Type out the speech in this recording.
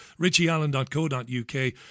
richieallen.co.uk